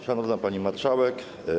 Szanowna Pani Marszałek!